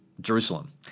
Jerusalem